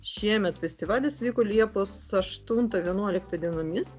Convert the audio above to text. šiemet festivalis vyko liepos aštuntą vienuoliktą dienomis